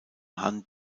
hand